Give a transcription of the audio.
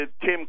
Tim